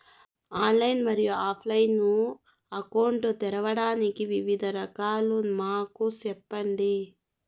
Online మరియు offline account తెరవడానికి వివిధ మార్గాలు మాకు సెప్పండి?